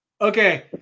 okay